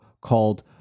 called